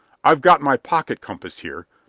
i've got my pocket compass here,